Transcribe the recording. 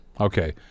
Okay